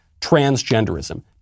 transgenderism